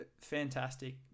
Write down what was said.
fantastic